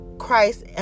christ